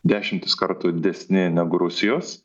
dešimtis kartų didesni negu rusijos